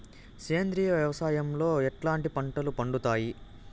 సేంద్రియ వ్యవసాయం లో ఎట్లాంటి పంటలు పండుతాయి